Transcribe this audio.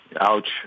Ouch